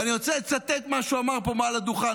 ואני רוצה לצטט את מה שהוא אמר פה מעל הדוכן.